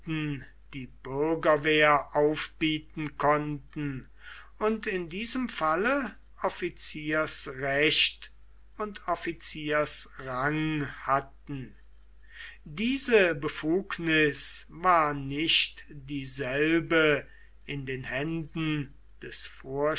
die bürgerwehr aufbieten konnten und in diesem falle offiziersrecht und offiziersrang hatten diese befugnis war nicht dieselbe in den händen des